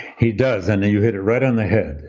he does, and you hit it right on the head.